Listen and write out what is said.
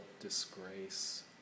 disgrace